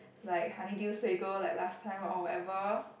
like honeydew sago like last time or whatever